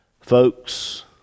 Folks